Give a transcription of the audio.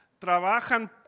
trabajan